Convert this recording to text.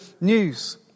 news